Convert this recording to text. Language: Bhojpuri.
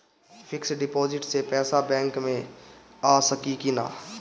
फिक्स डिपाँजिट से पैसा बैक मे आ सकी कि ना?